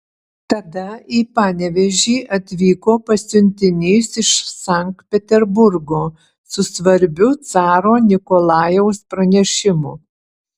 tada į panevėžį atvyko pasiuntinys iš sankt peterburgo su svarbiu caro nikolajaus pranešimu